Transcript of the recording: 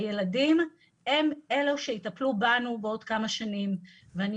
הילדים הם אלה שיטפלו בנו בעוד כמה שנים ואני